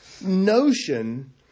notion